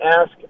ask